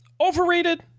overrated